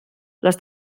les